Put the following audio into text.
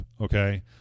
okay